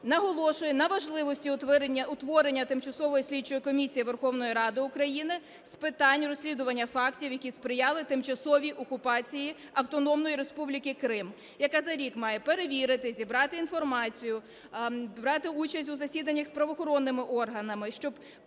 наголошує на важливості утворення Тимчасової слідчої комісії Верховної Ради України з питань розслідування фактів, які сприяли тимчасовій окупації Автономної Республіки Крим, яка за рік має перевірити, зібрати інформацію, брати участь у засіданнях з правоохоронними органами, щоб